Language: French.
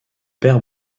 père